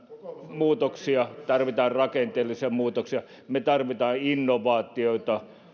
muutoksia tarvitsemme rakenteellisia muutoksia me tarvitsemme innovaatioita